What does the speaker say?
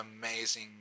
amazing